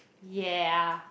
yeah